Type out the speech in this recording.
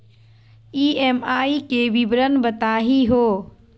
EMI के विवरण बताही हो?